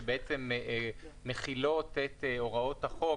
שבעצם מחילות את הוראות החוק,